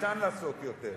אפשר לעשות יותר.